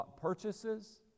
purchases